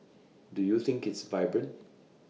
do you think it's vibrant